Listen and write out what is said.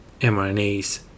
mRNAs